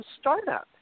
startup